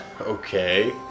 okay